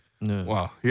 Wow